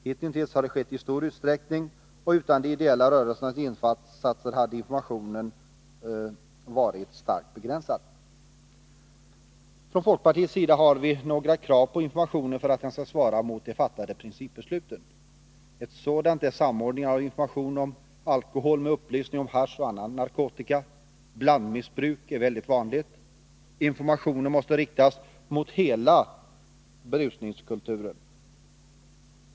Hitintills har det skett i stor utsträckning, och utan de ideella rörelsernas insatser.hade informationen varit starkt begränsad. Från folkpartiets sida har vi krävt att informationen skall svara mot de fattade principbesluten. Ett sådant är samordning av information om alkohol med upplysning om hasch och annan narkotika. Blandmissbruk är väldigt vanligt. Informationen måste riktas mot hela ”berusningskulturen”.